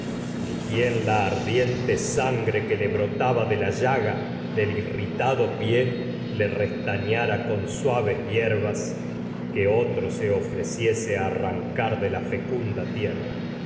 ni quien la ardiente sangre le brotaba llaga que del otro irritado se pie le a restañara arrancar con suaves hierbas ofreciese de la fecunda tierra